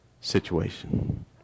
situation